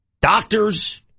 doctors